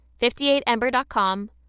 58ember.com